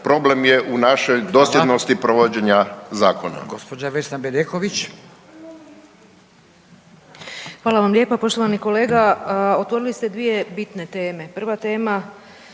problem je našoj dosljednosti provođenja zakona.